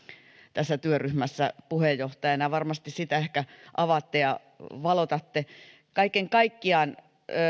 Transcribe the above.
tässä työryhmässä puheenjohtajana ja varmasti sitä ehkä avaa ja valottaa kaiken kaikkiaan